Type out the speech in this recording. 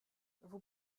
vous